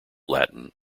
latin